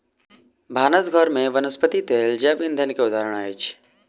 भानस घर में वनस्पति तेल जैव ईंधन के उदाहरण अछि